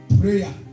prayer